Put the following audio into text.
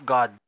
God